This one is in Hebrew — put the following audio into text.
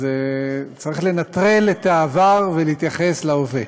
צריך לנטרל את העבר ולהתייחס להווה.